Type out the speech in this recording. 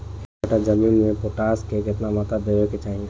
एक कट्ठा जमीन में पोटास के केतना मात्रा देवे के चाही?